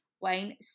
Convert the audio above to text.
Wayne